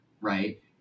right